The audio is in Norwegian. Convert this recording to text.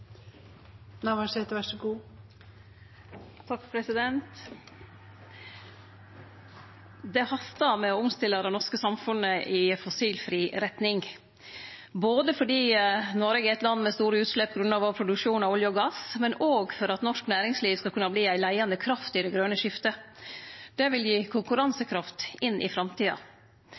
land med store utslepp på grunn av vår produksjon av olje og gass, og for at norsk næringsliv skal kunne verte ei leiande kraft i det grøne skiftet. Det vil gi konkurransekraft inn i framtida.